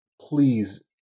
please